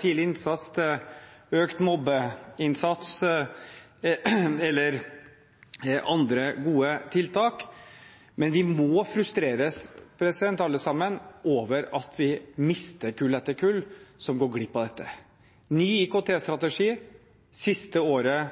tidlig innsats, til økt mobbeinnsats eller andre gode tiltak, men de må frustreres, alle sammen, over at vi mister kull etter kull som går glipp av dette. Ny IKT-strategi kommer siste året